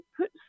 put